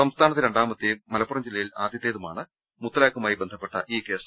സംസ്ഥാനത്ത് രണ്ടാമത്തെയും മലപ്പുറം ജില്ലയിൽ ആദ്യത്തേതുമാണ് മുത്തലാഖുമായി ബന്ധപ്പെട്ട ഈ കേസ്